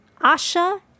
Asha